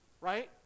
Right